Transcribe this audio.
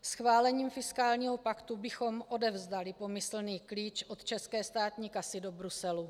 Schválením fiskálního paktu bychom odevzdali pomyslný klíč od české státní kasy do Bruselu.